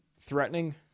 threatening